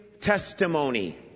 testimony